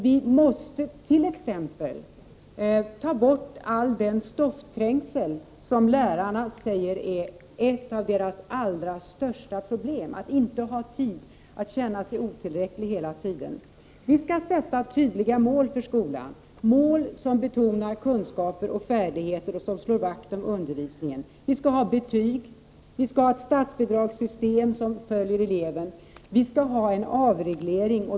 Vi måste t.ex. minska den stoffträngsel som enligt lärarna är ett av deras allra största problem. De har till följd av denna stoffträngsel inte tid, de känner sig hela tiden otillräckliga. Vi skall sätta upp tydliga mål för skolan — mål som betonar kunskap och färdigheter och som slår vakt om undervisningen. Vi skall ha betyg. Vi skall ha ett statsbidragssystem där bidragen följer eleven. Vi skall ha en avreglering.